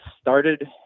started